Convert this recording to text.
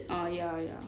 ah ya ya